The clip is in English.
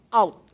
out